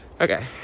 okay